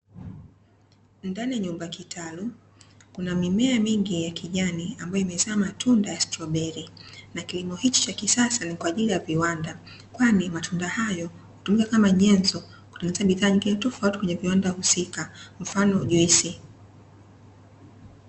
Ndani ya nyumba kitalu kuna mimea mingi ya klijani ambayo imezaa matunda ya stroberi, na kilimo hichi cha kisasa ni kwaajili ya viwanda, kwani matunda hayo hutumika kama nyenzo kutengeneza bidhaa nyingine tofauti kwenye viwanda husika mfano juisi.